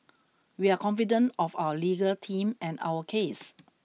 we are confident of our legal team and our case